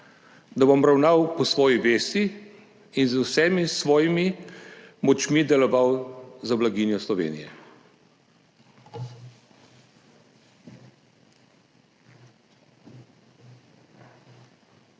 da bom ravnal po svoji vesti in z vsemi svojimi močmi deloval za blaginjo Slovenije.